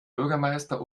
bürgermeister